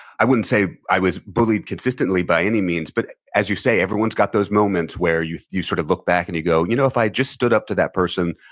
i wouldn't say i was bullied consistently by any means, but as you say, everyone's got those moments where you you sort of look back and you go, you know, if i had just stood up to that person,